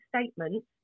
statements